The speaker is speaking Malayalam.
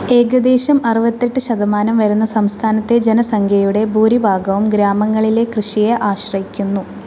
ഏകദേശം അറുപത്തെട്ട് ശതമാനം വരുന്ന സംസ്ഥാനത്തെ ജനസംഖ്യയുടെ ഭൂരിഭാഗവും ഗ്രാമങ്ങളിലെ കൃഷിയെ ആശ്രയിക്കുന്നു